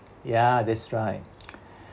ya that's right